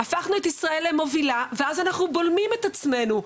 הפכנו את ישראל למובילה ואז אנחנו בולמים את עצמינו.